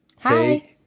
Hi